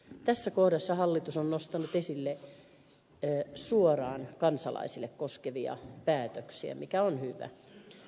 tässä kohdassa hallitus on nostanut esille suoraan kansalaisia koskevia päätöksiä mikä on hyvä